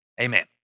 Amen